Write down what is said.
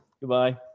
Goodbye